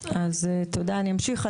תודה, אני אמשיך.